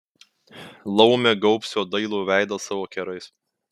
laumė gaubs jo dailų veidą savo kerais